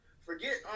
forget